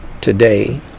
today